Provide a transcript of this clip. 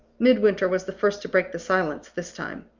midwinter was the first to break the silence this time.